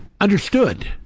understood